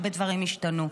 הרבה דברים השתנו.